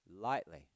lightly